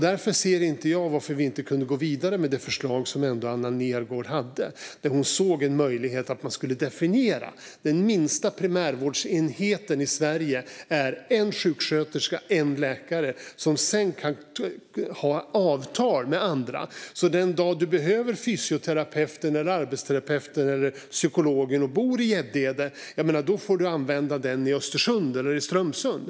Därför ser inte jag varför vi inte kunde gå vidare med det förslag som Anna Nergårdh hade. Hon såg en möjlighet att definiera den minsta primärvårdsenheten i Sverige som en enhet med en sjuksköterska och en läkare, som sedan kan ha avtal med andra. Den dag man behöver fysioterapeuten, arbetsterapeuten eller psykologen och bor i Gäddede får man använda den som finns i Östersund eller i Strömsund.